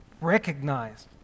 recognized